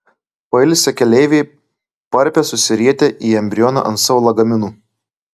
pailsę keleiviai parpia susirietę į embrioną ant savo lagaminų